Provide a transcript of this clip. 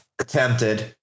attempted